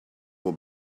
will